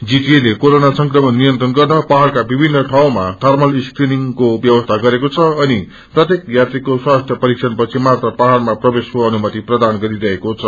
GTA ले corona संक्रमण नियन्त्रण गर्न पहाड़का विभिन्न ठाउँमा थप्रल स्क्रीनिंगको व्यवसी गरेको छ अनि प्रत्येक यात्रीको स्वास्थ्य परीक्षपदिमात्र पाहाड़मा प्रवेशको अनुमति प्रदान गरिरहेको छ